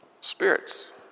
Spirits